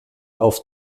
auf